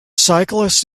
cyclists